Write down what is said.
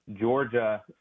georgia